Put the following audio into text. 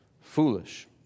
foolish